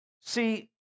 See